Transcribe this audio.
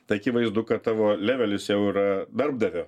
tai akivaizdu kad tavo levelis jau yra darbdavio